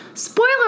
Spoiler